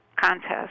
contest